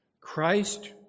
Christ